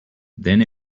then